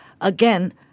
Again